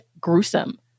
gruesome